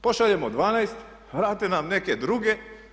Pošaljemo 12 vrate nam neke druge.